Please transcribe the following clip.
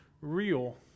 real